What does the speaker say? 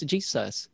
Jesus